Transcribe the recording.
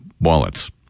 wallets